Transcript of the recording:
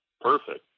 Perfect